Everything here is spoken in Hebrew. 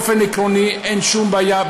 באופן עקרוני אין שום בעיה,